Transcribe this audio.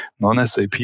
non-SAP